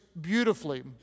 beautifully